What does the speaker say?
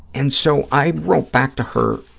and so, i wrote back to her,